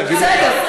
בסדר,